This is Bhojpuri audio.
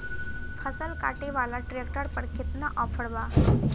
फसल काटे वाला ट्रैक्टर पर केतना ऑफर बा?